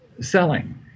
selling